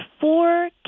four